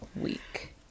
week